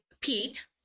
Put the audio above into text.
Pete